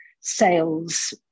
sales